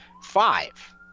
five